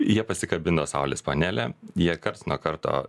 jie pasikabino saulės panelę jie karts nuo karto